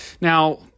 Now